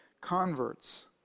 converts